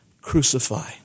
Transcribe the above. Crucify